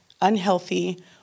unhealthy